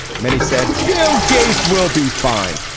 many said bill gates will be fine.